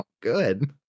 good